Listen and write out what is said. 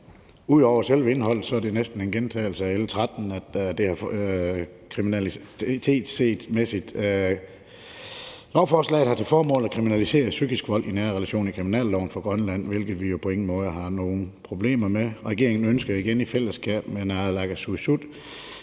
ud over selve indholdet næsten en gentagelse af L 13, altså kriminalitetsmæssigt. Lovforslaget har til formål at kriminalisere psykisk vold i nære relationer i kriminalloven for Grønland, hvilket vi jo på ingen måde har nogen problemer med. Regeringen ønsker, igen i fællesskab med naalakkersuisut,